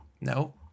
No